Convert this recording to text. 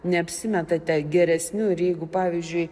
neapsimetate geresniu ir jeigu pavyzdžiui